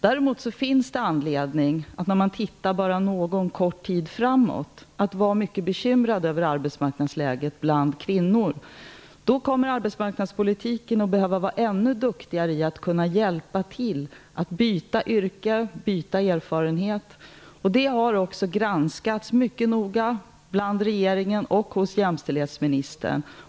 Däremot finns det anledning, när man tittar någon kort tid framåt, att vara mycket bekymrad över arbetsmarknadsläget bland kvinnor. Arbetsmarknadspolitiken kommer att behöva vara ännu mer effektiv när det gäller att hjälpa kvinnor att byta yrke och få andra erfarenheter. Detta är något som har granskats noga av regeringen och jämställdhetsministern.